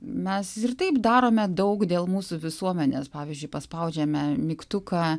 mes ir taip darome daug dėl mūsų visuomenės pavyzdžiui paspaudžiame mygtuką